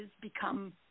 become